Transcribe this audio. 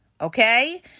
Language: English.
Okay